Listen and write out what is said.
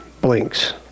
blinks